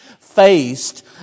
faced